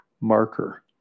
marker